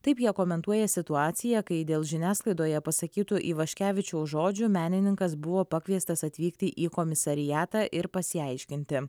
taip jie komentuoja situaciją kai dėl žiniasklaidoje pasakytų ivaškevičiaus žodžių menininkas buvo pakviestas atvykti į komisariatą ir pasiaiškinti